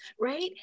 right